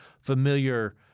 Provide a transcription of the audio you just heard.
familiar